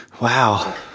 wow